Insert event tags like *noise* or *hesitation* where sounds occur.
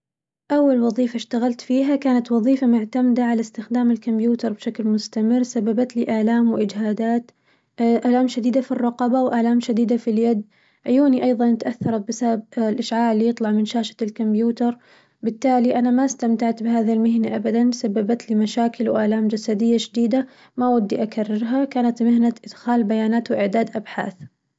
أول وظيفة اشتغلت فيها كانت وظيفة معتمدة على استخدام الكمبيوتر بشكل مستمر سببتلي آلام واجهادات *hesitation* آلام شديدة في الرقبة وآلام شديدة في اليد، عيوني أيظاً تأثرت بسبب الإشعاع اللي يطلع من شاشة الكمبيوتر، بالتالي أنا ما استمتعت بهذي المهنة أبداً وسببتلي مشاكل وآلبام جسدية شديدة، ما ودي أكررها كانت مهنة ادخال البيانات وإعداد أبحاث.